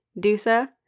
dusa